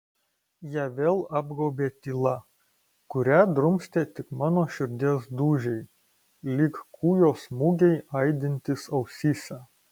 ją vėl apgaubė tyla kurią drumstė tik mano širdies dūžiai lyg kūjo smūgiai aidintys ausyse